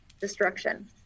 destruction